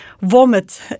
vomit